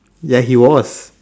ya he was